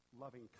loving